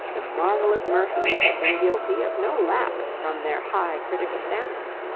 the marvellous murphys had been guilty of no lapse from their high critical standard.